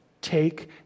Take